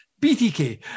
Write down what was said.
btk